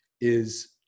is-